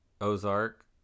Ozark